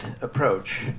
approach